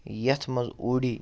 یَتھ منٛز اوٗڈی